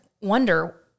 wonder